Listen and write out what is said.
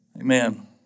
Amen